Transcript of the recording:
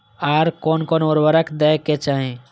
आर कोन कोन उर्वरक दै के चाही?